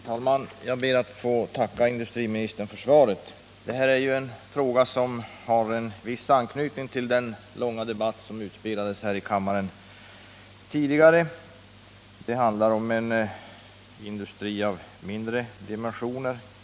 Herr talman! Jag ber att få tacka industriministern för svaret. Den här frågan har en viss anknytning till den långa debatt som just har förts här i kammaren. Då handlade det om träindustrins framtid över huvud taget.